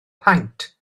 paent